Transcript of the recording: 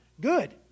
Good